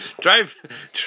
Drive